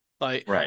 Right